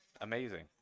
amazing